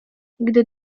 gdy